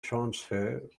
transfer